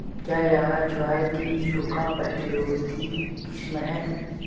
क्या यह ज्वार की सूखा प्रतिरोधी किस्म है?